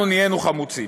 אנחנו נהיינו חמוצים.